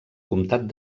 comtat